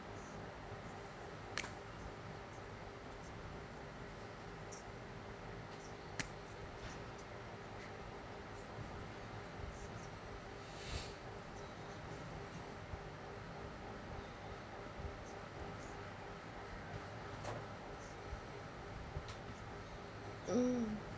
mm